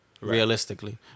realistically